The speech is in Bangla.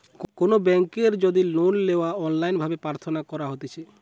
কোনো বেংকের যদি লোন লেওয়া অনলাইন ভাবে প্রার্থনা করা হতিছে